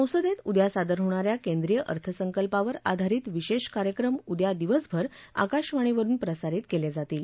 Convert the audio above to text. संसदेत उद्या सादर होणाऱ्या केंद्रीय अर्थसंकल्पावर आधारित विशेष कार्यक्रम उद्या दिवसभर आकाशवाणीवरून प्रसारित केले जातील